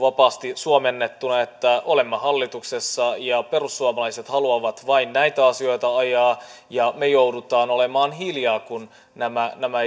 vapaasti suomennettuna että olemme hallituksessa ja perussuomalaiset haluavat vain näitä asioita ajaa ja me joudumme olemaan hiljaa kun nämä nämä